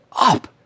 up